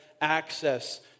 access